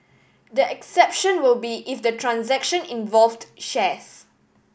the exception will be if the transaction involved shares